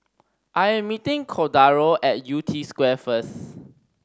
I am meeting Cordaro at Yew Tee Square first